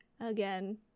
again